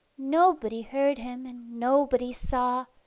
nobody heard him, and nobody saw,